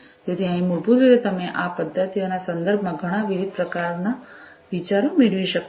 તેથી અહીં મૂળભૂત રીતે તમે આ પદ્ધતિઓના સંદર્ભમાં ઘણા વધુ વિવિધ પ્રકારના વિચારો મેળવી શકશો